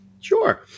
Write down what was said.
Sure